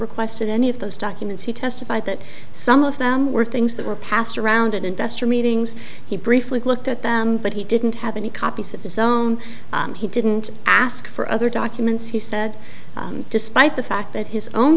requested any of those documents he testified that some of them were things that were passed around in investor meetings he briefly looked at them but he didn't have any copies of his own he didn't ask for other documents he said despite the fact that his own